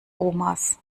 omas